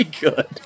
good